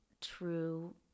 true